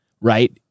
right